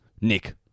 Nick